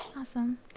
Awesome